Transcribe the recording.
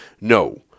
No